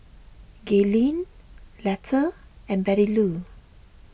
Gaylen Letta and Bettylou